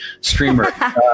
streamer